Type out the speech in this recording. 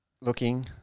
looking